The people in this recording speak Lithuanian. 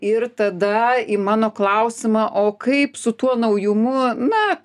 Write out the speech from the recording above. ir tada į mano klausimą o kaip su tuo naujumu na